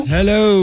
Hello